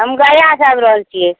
हम गयासे आबि रहल छिए